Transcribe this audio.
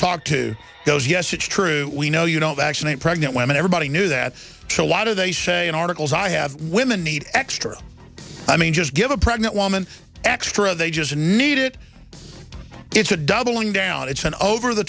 talked to goes yes it's true we know you don't actually pregnant women everybody knew that to lot of they say in articles i have women need extra i mean just give a pregnant woman extra they just need it it's a doubling down it's an over the